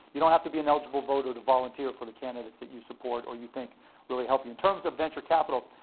you don't have to be an eligible voter to volunteer for the candidates that you support or you think really help. in terms of venture capital,